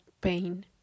pain